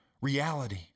reality